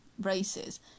races